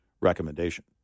recommendation